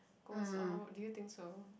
goes on do you think so